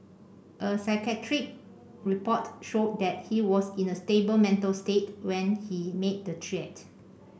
a psychiatric report showed that he was in a stable mental state when he made the threat